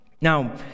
Now